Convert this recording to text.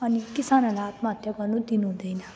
अनि किसानहरूलाई आत्महत्या गर्न दिनुहुँदैन